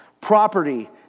property